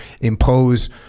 impose